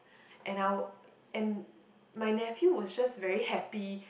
and I was and my nephew was just very happy